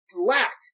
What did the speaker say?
lack